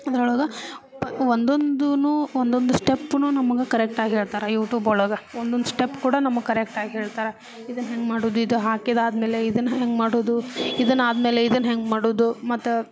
ಅದರೊಳಗೆ ಪ ಒಂದೊಂದೂ ಒಂದೊಂದು ಸ್ಟೆಪ್ಪನ್ನೂ ನಮಗೆ ಕರೆಕ್ಟಾಗಿ ಹೇಳ್ತಾರೆ ಯೂಟೂಬ್ ಒಳಗೆ ಒಂದೊಂದು ಸ್ಟೆಪ್ ಕೂಡ ನಮಗೆ ಕರೆಕ್ಟಾಗಿ ಹೇಳ್ತಾರೆ ಇದನ್ನು ಹೆಂಗೆ ಮಾಡೋದು ಇದು ಹಾಕಿದ್ದಾದಮೇಲೆ ಇದನ್ನು ಹೆಂಗೆ ಮಾಡೋದು ಇದನ್ನು ಆದಮೇಲೆ ಇದನ್ನು ಹೆಂಗೆ ಮಾಡೋದು ಮತ್ತೆ